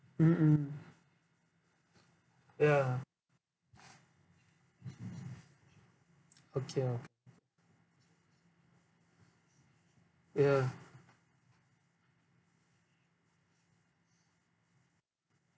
mm mm ya okay ya